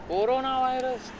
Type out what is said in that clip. Coronavirus